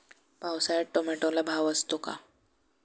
पावसाळ्यात टोमॅटोला भाव असतो का?